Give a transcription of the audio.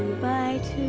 by two